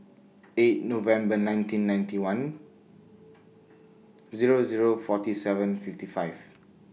eight November nineteen ninety one Zero Zero forty seven fifty five